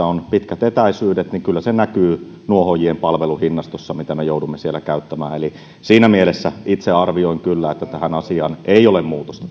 on pitkät etäisyydet se kyllä näkyy nuohoojien palveluhinnastossa mitä me joudumme siellä käyttämään eli siinä mielessä itse arvioin kyllä että tähän asiaan ei ole muutosta